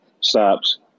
stops